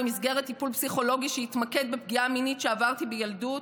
במסגרת טיפול פסיכולוגי שהתמקד בפגיעה מינית שעברתי בילדות,